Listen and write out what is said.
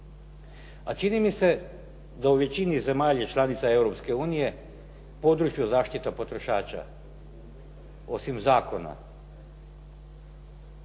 a čini mi se da u većini zemalja članica Europske unije područja zaštite potrošača osim zakona